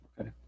okay